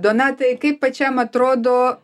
donatai kaip pačiam atrodo